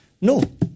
No